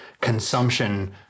consumption